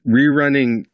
Rerunning